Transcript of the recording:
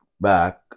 back